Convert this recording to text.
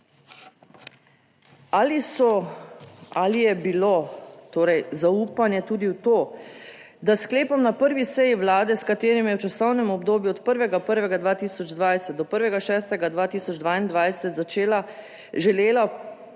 Ali so, ali je bilo torej zaupanje tudi v to, da s sklepom na prvi seji Vlade, s katerim je v časovnem obdobju od 1. 1. 2020 do 1. 6. 2022 začela, želela Vlada